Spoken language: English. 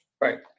Right